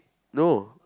no